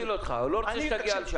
הוא לא יכשיל אותך, הוא לא רוצה שתגיע לשם.